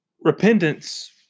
repentance